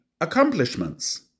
accomplishments